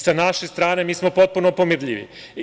Sa naše strane mi smo potpuno pomirljivi.